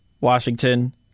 Washington